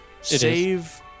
save